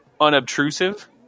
unobtrusive